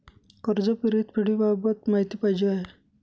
कर्ज परतफेडीबाबत माहिती पाहिजे आहे